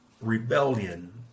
rebellion